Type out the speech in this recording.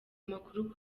amakuru